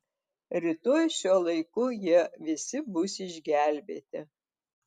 rytoj šiuo laiku jie visi bus išgelbėti